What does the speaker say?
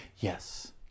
Yes